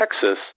Texas